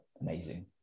amazing